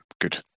Good